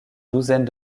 douzaine